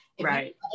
Right